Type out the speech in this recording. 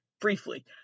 Briefly